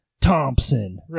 Thompson